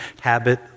habit